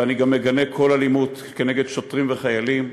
ואני גם מגנה כל אלימות כנגד שוטרים וחיילים.